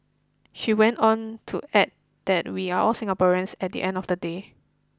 she went on to add that we are all Singaporeans at the end of the day